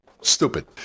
stupid